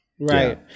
right